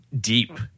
deep